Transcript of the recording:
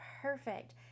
perfect